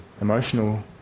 emotional